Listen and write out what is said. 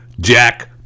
Jack